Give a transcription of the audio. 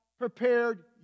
Prepared